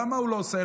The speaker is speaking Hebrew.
למה הוא לא עושה?